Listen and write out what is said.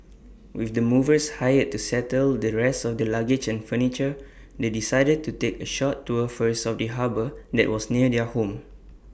with the movers hired to settle the rest of their luggage and furniture they decided to take A short tour first of the harbour that was near their home